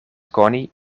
koni